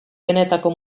benetako